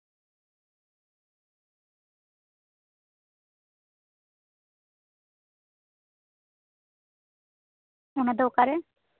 ᱚᱱᱟ ᱫᱚ ᱚᱠᱟᱨᱮ